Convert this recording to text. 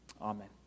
Amen